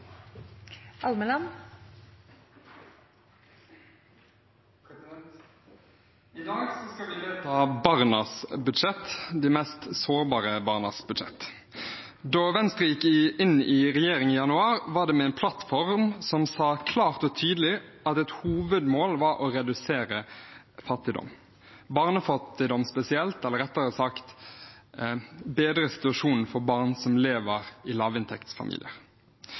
omme. I dag skal vi vedta barnas budsjett – de mest sårbare barnas budsjett. Da Venstre gikk inn i regjering i januar, var det på en plattform som sa klart og tydelig at et hovedmål var å redusere fattigdom, barnefattigdom spesielt, eller rettere sagt å bedre situasjonen for barn som lever i lavinntektsfamilier.